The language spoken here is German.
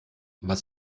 was